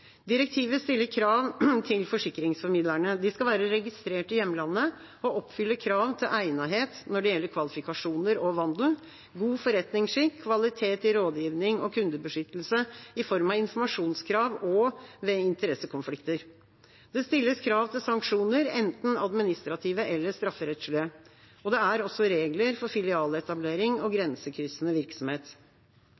Direktivet stiller krav til forsikringsformidlerne. De skal være registrert i hjemlandet og oppfylle krav til egnethet når det gjelder kvalifikasjoner og vandel, god forretningsskikk, kvalitet i rådgivning og kundebeskyttelse i form av informasjonskrav og ved interessekonflikter. Det stilles krav til sanksjoner, enten administrative eller strafferettslige. Det er også regler for filialetablering og